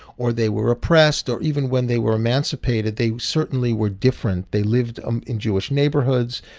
or they were oppressed. or even when they were emancipated, they certainly were different. they lived um in jewish neighborhoods.